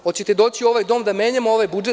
Hoćete doći u ovaj Dom da menjamo ovaj budžet?